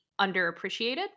underappreciated